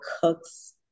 cook's